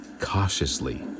Cautiously